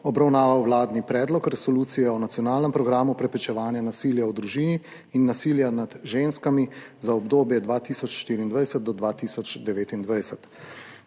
obravnaval vladni Predlog resolucije o nacionalnem programu preprečevanja nasilja v družini in nasilja nad ženskami 2024–2029.